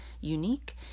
unique